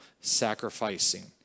sacrificing